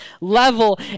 level